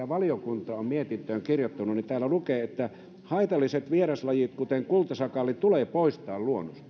valiokunta on mietintöön kirjoittanut niin täällä lukee haitalliset vieraslajit kuten kultasakaali tulee poistaa luonnosta